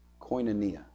Koinonia